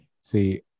see